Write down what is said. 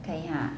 can ah